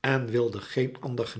en wilde geen ander